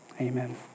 Amen